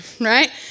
Right